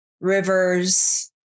rivers